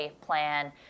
plan